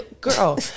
Girl